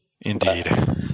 Indeed